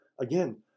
Again